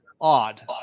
odd